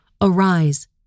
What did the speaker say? Arise